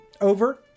over